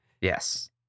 Yes